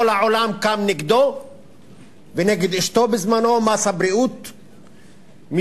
כל העולם קם נגדו ונגד אשתו מס הבריאות בזמנו,